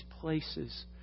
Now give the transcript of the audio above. places